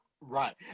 Right